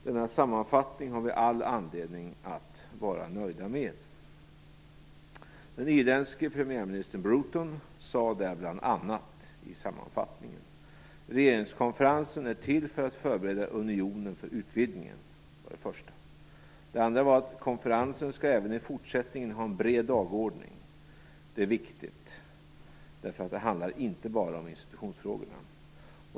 Denna sammanfattning har vi all anledning att vara nöjda med. Den irländske premiärministern Bruton sade i sammanfattningen bl.a.: Regeringskonferensen är till för att förbereda unionen för utvidgningen. Det var det första. Det andra var att konferensen även i fortsättningen skall ha en bred dagordning. Det är viktigt, för det handlar inte bara om institutionsfrågorna.